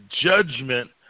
judgment